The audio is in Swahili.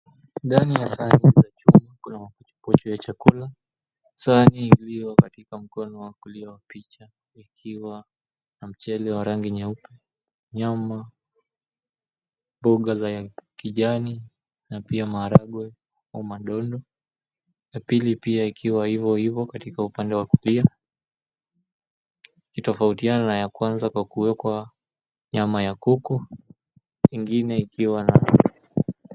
Ndani ya sahani hii kuna mapochopocho ya chakula. Sahani ulio katika mkono wa kulia wa picha, ikiwa na mchele wa rangi nyeupe, nyama, mboga za kijani na pia maharagwe au madondo. Ya pili pia ikiwa ivo ivo, kwa upande wa kulia inatofautiana na ya kwanza kwa kuwekwa nyama ya kuku, ingine ikiwa na